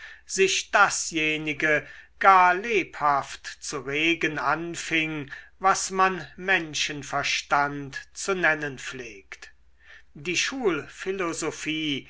sich dasjenige gar lebhaft zu regen anfing was man menschenverstand zu nennen pflegt die